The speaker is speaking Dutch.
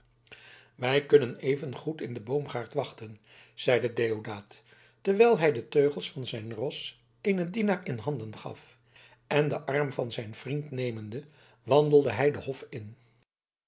wij kunnen evenzoo goed in den boomgaard wachten zeide deodaat terwijl hij de teugels van zijn ros eenen dienaar in handen gaf en den arm van zijn vriend nemende wandelde hij den hof in